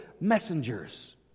messengers